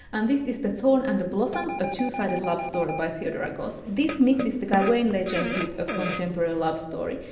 and this is the thorn and the blossom a two sided love story by theodora goss. this mixes the gawain legend with a contemporary love story.